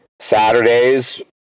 Saturdays